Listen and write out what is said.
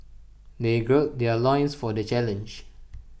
they gird their loins for the challenge